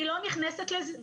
אני לא נכנסת לזה,